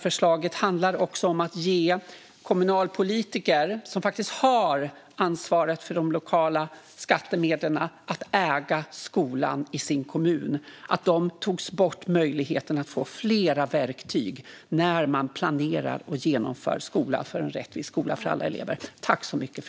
Förslaget handlar också om att ge kommunpolitiker, som faktiskt har ansvaret för de lokala skattemedlen, möjlighet att äga skolan i sin kommun. De togs ifrån möjligheten att ha flera verktyg när man planerar för och ska genomföra en rättvis skola för alla elever.